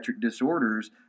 disorders